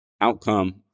outcome